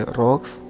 rocks